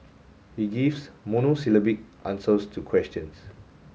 he gives monosyllabic answers to questions